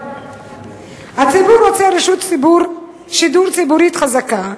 הציבור רוצה רשות שידור ציבורית חזקה,